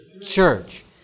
church